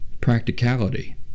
practicality